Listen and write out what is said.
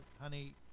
honey